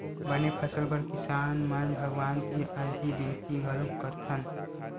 बने फसल बर किसान मन भगवान तीर अरजी बिनती घलोक करथन